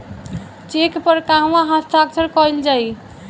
Check पर कहवा हस्ताक्षर कैल जाइ?